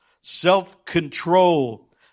self-control